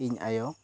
ᱤᱧ ᱟᱭᱳ